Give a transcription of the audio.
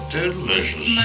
delicious